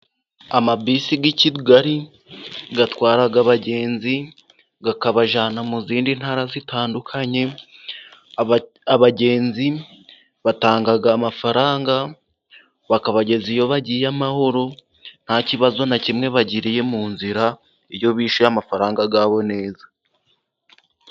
Amabisi y'i Kigali atwara abagenzi, akabajyana mu zindi ntara zitandukanye, abagenzi batanga amafaranga, bakabageza iyo bagiye amahoro, nta kibazo na kimwe bagiriye mu nzira iyo bishyuye amafaranga yabo neza.